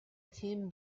thin